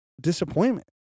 disappointment